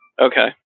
Okay